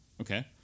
Okay